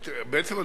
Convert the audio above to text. בעצם,